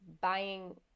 buying